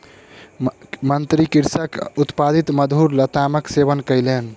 मंत्री कृषकक उत्पादित मधुर लतामक सेवन कयलैन